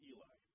Eli